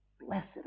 Blessed